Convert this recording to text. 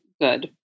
good